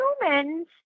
humans